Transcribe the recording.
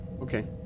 Okay